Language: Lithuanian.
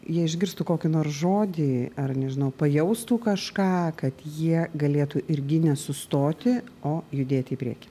jie išgirstų kokį nors žodį ar nežinau pajaustų kažką kad jie galėtų irgi ne sustoti o judėt į priekį